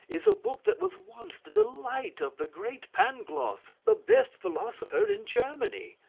is a book that was once the delight of the great pangloss, the best philosopher in germany.